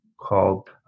called